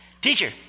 teacher